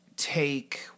take